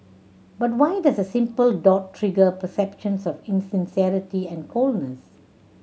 but why does a simple dot trigger perceptions of insincerity and coldness